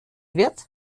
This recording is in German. wird